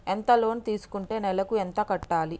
ఎంత లోన్ తీసుకుంటే నెలకు ఎంత కట్టాలి?